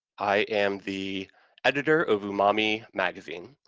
i am the editor of umami magazine,